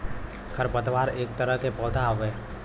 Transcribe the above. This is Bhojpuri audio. खर पतवार एक तरह के पौधा हउवे